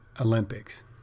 Olympics